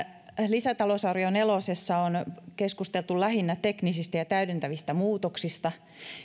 lisätalousarvio nelosessa on keskusteltu lähinnä teknisistä ja täydentävistä muutoksista